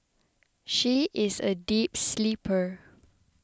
she is a deep sleeper